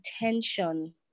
attention